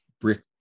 brick